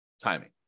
timing